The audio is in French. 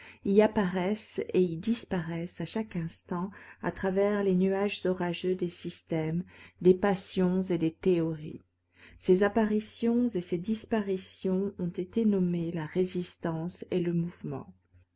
y apparaissent et y disparaissent à chaque instant à travers les nuages orageux des systèmes des passions et des théories ces apparitions et ces disparitions ont été nommées la résistance et le mouvement